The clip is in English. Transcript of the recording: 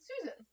Susan